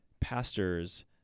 pastors